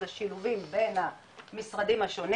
זה שילובים בין המשרדים השונים